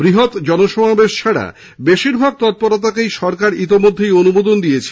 বৃহত্ জন সমাবেশ ছাড়া বেশীরভাগ তৎপরতাকেই সরকার ইতোমধ্যেই অনুমোদন দিয়েছে